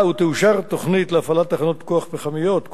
היה ותאושר תוכנית להפעלת תחנות כוח פחמיות,